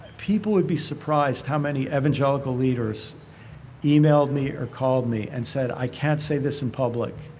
people would be surprised how many evangelical leaders emailed me or called me and said, i can't say this in public,